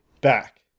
back